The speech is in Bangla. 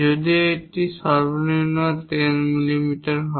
যদি এটি সর্বনিম্ন 10 মিমি হয়